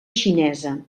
xinesa